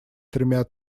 тремя